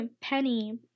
Penny